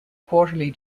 quarterly